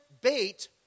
bait